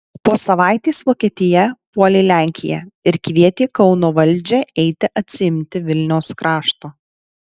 po savaitės vokietija puolė lenkiją ir kvietė kauno valdžią eiti atsiimti vilniaus krašto